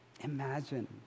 Imagine